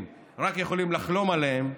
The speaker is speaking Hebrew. רק יכולים לחלום על הדירות החדשות האלה,